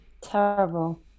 terrible